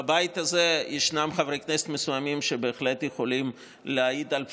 בבית הזה ישנם חברי כנסת מסוימים שבהחלט יכולים להעיד על בשרם,